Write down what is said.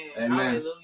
Amen